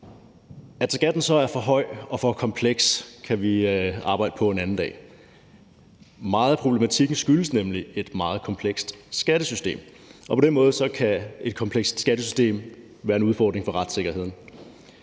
At skatten så er for høj og for kompleks, kan vi arbejde på en anden dag. Meget af problematikken skyldes nemlig et meget komplekst skattesystem, og på den måde kan et komplekst skattesystem være en udfordring for retssikkerheden.